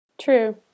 true